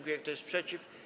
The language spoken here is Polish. Kto jest przeciw?